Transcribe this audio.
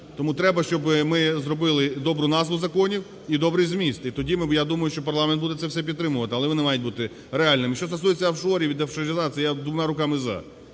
Тому треба, щоби ми зробили добру назву законів і добрий зміст. І тоді я думаю, що парламент буде це все підтримувати. Але вони мають бути реальними. Що стосується офшорів ідеофшоризації, я двома руками "за".